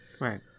Right